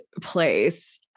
place